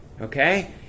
Okay